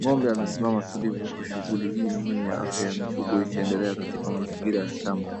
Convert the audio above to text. Ng`ombe amesimama tulivu huku shuguli ya afya ikiendelea katika mazingira ya shamba.